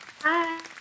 Hi